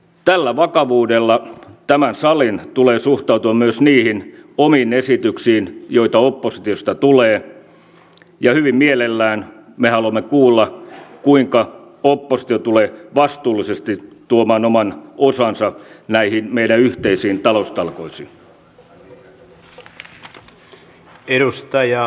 tällä vakavuudella tämän salin tulee suhtautua myös niihin omiin esityksiin joita oppositiosta tulee ja hyvin mielellämme me haluamme kuulla kuinka oppositio tulee vastuullisesti tuomaan oman osansa näihin meidän yhteisiin taloustalkoisiimme